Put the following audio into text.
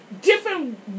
Different